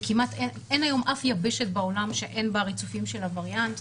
וכמעט אין היום אף יבשת בעולם שאין בה ריצופים של הווריאנט.